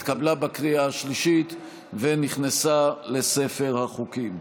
התקבלה בקריאה השלישית, ונכנסה לספר החוקים.